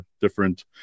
different